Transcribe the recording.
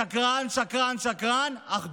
שקרן, שקרן, שקרן,